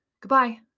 Goodbye